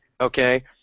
okay